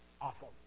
awesome